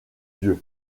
dieu